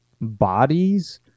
bodies